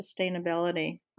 sustainability